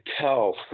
tell